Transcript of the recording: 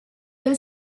will